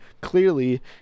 clearly